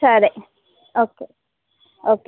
సరే okay okay